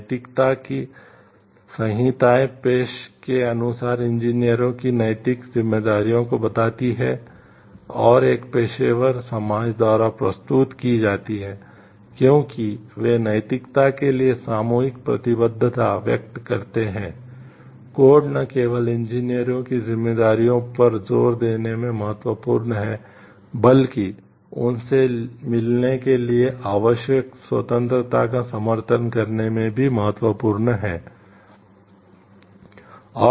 नैतिकता की संहिताएँ पेशे के अनुसार इंजीनियरों की जिम्मेदारियों पर जोर देने में महत्वपूर्ण हैं बल्कि उनसे मिलने के लिए आवश्यक स्वतंत्रता का समर्थन करने में भी महत्वपूर्ण हैं